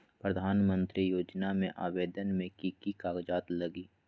प्रधानमंत्री योजना में आवेदन मे की की कागज़ात लगी?